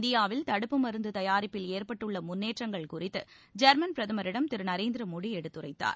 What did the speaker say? இந்தியாவில் தடுப்பு மருந்து தயாரிப்பில் ஏற்பட்டுள்ள முன்னேற்றங்கள் குறித்து ஜெர்மன் பிரதமரிடம் திரு நரேந்திர மோடி எடுத்துரைத்தார்